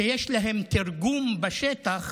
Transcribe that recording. שיש להן תרגום בשטח